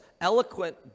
eloquent